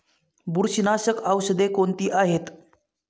बुरशीनाशक औषधे कोणती आहेत?